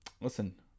Listen